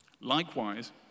Likewise